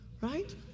right